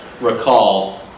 recall